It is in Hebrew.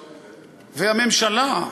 והממשלה,